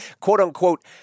quote-unquote